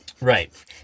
right